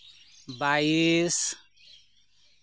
ᱵᱟᱭᱤᱥ